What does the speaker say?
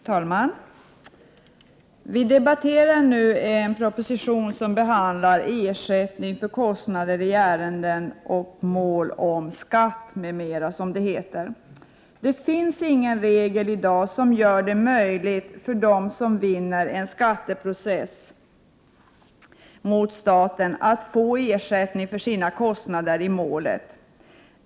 Fru talman! Vi debatterar nu en proposition som behandlar ersättning för kostnader i ärenden och mål om skatt m.m. Det finns ingen regel i dag som gör det möjligt för dem som vinner en skatteprocess mot staten att få ersättning för sina kostnader i målet.